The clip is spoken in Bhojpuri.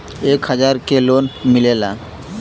एक हजार के लोन मिलेला?